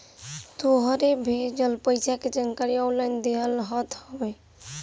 तोहरो भेजल पईसा के जानकारी ऑनलाइन देहल रहत हवे